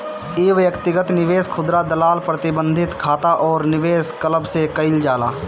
इ व्यक्तिगत निवेश, खुदरा दलाल, प्रतिबंधित खाता अउरी निवेश क्लब से कईल जाला